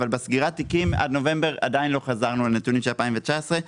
אבל בסגירת תיקים עד נובמבר עדיין לא חזרנו לנתונים של 2019,